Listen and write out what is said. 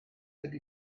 ydy